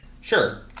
Sure